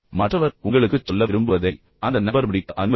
மற்றவர் உங்களுக்குச் சொல்ல விரும்புவதை அந்த நபர் முடிக்க அனுமதிக்கவும்